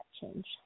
change